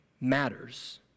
matters